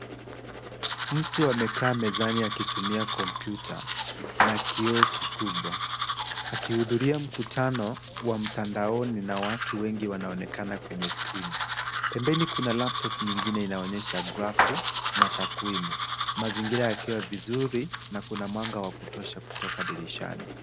Mtu amekaa mezani akitumia kompyuta na kioo kikubwa akihudhuria mkutano wa mtandaoni na watu wengi wanaonekana kwenye skrini. Pembeni kuna laptop nyingine inaonyesha grafu na takwimu. Mazingira yakiwa vizuri na kuna mwanga wa kutosha kutoka dirishani.